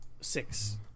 six